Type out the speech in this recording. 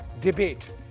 debate